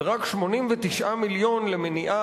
ורק 89 מיליון למניעה,